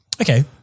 Okay